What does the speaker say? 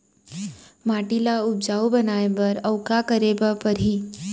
माटी ल उपजाऊ बनाए बर अऊ का करे बर परही?